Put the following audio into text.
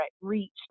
reached